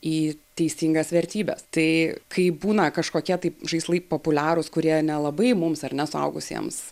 į teisingas vertybes tai kai būna kažkokie tai žaislai populiarūs kurie nelabai mums ar ne suaugusiems